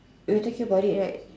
were talking about it right